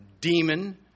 demon